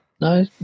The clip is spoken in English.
No